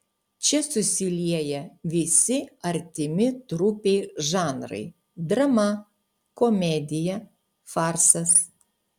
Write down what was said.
čia susilieja visi artimi trupei žanrai drama komedija farsas